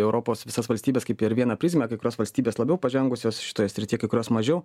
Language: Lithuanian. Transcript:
europos visas valstybes kaip per vieną prizmę kai kurios valstybės labiau pažengusios šitoje srityje kai kurios mažiau